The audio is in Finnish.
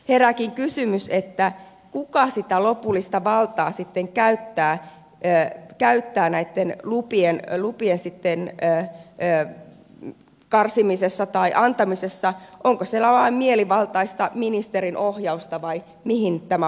herääkin kysymys kuka sitä lopullista valtaa sitten käyttää näitten lupien karsimisessa tai antamisessa onko siellä vain mielivaltaista ministerin ohjausta vai mihin tämä oikein perustuu